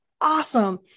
awesome